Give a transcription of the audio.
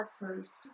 first